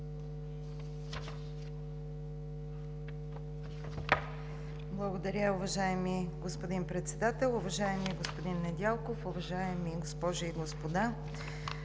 Благодаря, уважаеми господин Председател. Уважаеми господин Недялков, уважаеми госпожи и господа!